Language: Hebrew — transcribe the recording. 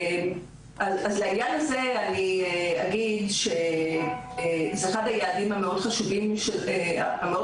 אז לעניין הזה אני אגיד שזה אחד היעדים המאוד חשובים שלנו.